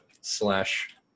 slash